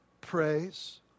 praise